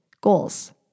Goals